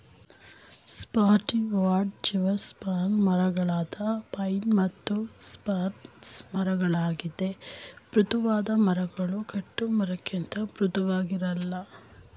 softwood gymnosperm ಮರಗಳಾದ pine ಮತ್ತು spruce ಮರವಾಗಿದ್ದು ಮೃದುವಾದ ಮರಗಳು ಗಟ್ಟಿಮರಕ್ಕಿಂತ ಮೃದುವಾಗಿರಲ್ಲ